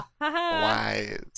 wise